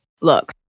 Look